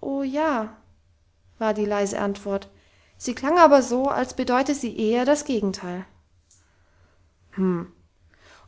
o ja war die leise antwort sie klang aber so als bedeute sie eher das gegenteil hm